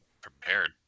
prepared